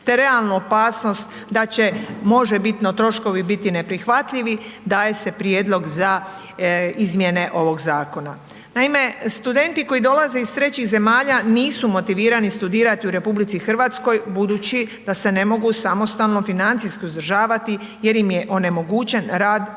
te realnu opasnost da će možebitno troškovi biti neprihvatljivi, daje se prijedlog za izmjene ovog zakona. Naime, studenti koji dolaze iz trećih zemalja, nisu motivirani studirati u RH, budući da se ne mogu samostalno financijski uzdržavati jer im je onemogućen rad i